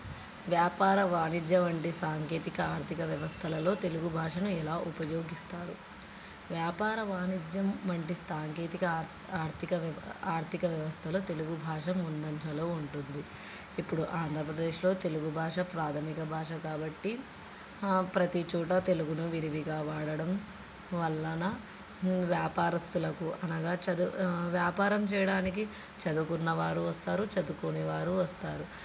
వ్యాపార వాణిజ్య వంటి సాంకేతికత ఆర్థిక వ్యవస్థలలో తెలుగు భాషను ఎలా ఉపయోగిస్తారు వ్యాపార వాణిజ్యం వంటి సాంకేతికత ఆర్థిక వ్యవ ఆర్థిక వ్యవస్థలో తెలుగు భాష ముందంజలో ఉంటుంది ఇప్పుడు ఆంధ్రప్రదేశ్లో తెలుగు భాష ప్రాథమిక భాష కాబట్టి ప్రతి చోట తెలుగును విరివిగా వాడడం వల్ల వ్యాపారస్తులకు అనగా చదువు వ్యాపారం చేయడానికి చదువుకున్న వారు వస్తారు చదువుకోని వారు వస్తారు